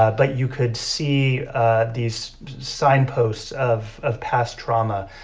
ah but you could see these signposts of of past trauma.